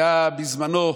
בזמנו,